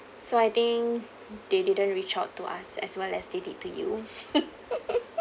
so I think they didn't reach out to us as well as they did to you